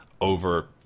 over